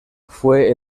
fue